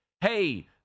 Hey